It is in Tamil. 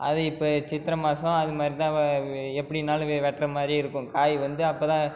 அது இப்போ சித்திரை மாதம் அது மாதிரி தான் அது வ எப்படினாலும் வெ வெட்டுகிற மாதிரி இருக்கும் காய் வந்து அப்போ தான்